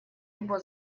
его